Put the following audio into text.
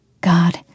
God